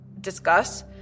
discuss